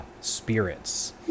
spirits